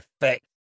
effect